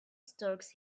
storks